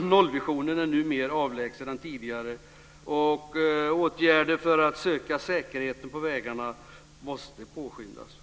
Nollvisionen är nu mer avlägsen än tidigare. Åtgärder för att öka säkerheten på vägarna måste påskyndas.